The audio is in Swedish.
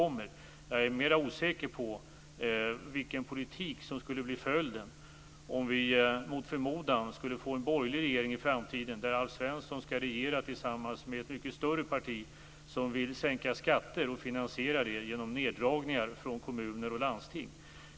Men jag är mera osäker på vilken politik som skulle bli följden om vi, mot förmodan, i framtiden fick en borgerlig regering där Alf Svensson skulle regera tillsammans med ett mycket större parti som vill sänka skatter och finansiera det genom neddragningar för kommuner och landsting.